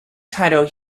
title